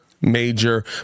major